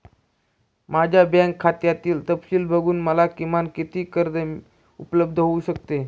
माझ्या बँक खात्यातील तपशील बघून मला किमान किती कर्ज उपलब्ध होऊ शकते?